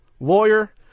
lawyer